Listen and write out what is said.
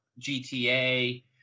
GTA